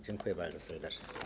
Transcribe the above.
Dziękuję bardzo serdecznie.